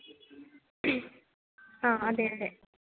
ആ അതെ അതെ